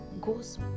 goes